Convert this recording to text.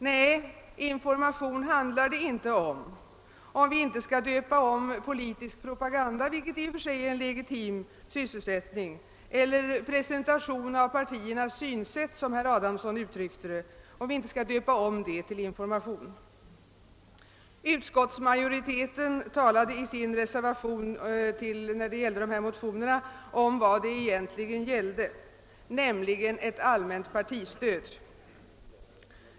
Nej, om information handlar det inte, om vi inte skall döpa om politisk propaganda — sådan är i och för sig en legitim sysselsättning — eller presentation av partiernas synsätt, som herr Adamson uttryckte det — till information. Utskottsmajoriteten, som avstyrker motionerna, talar om vad det egentligen gäller, nämligen ett allmänt partistöd.